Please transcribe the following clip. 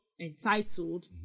entitled